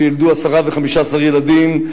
שילדו עשרה ו-15 ילדים.